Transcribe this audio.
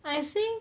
I think